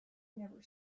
never